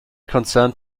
concerned